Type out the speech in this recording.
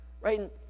Right